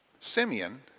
Simeon